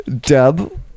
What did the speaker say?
Deb